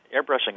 airbrushing